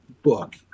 book